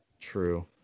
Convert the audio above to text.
True